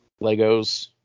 legos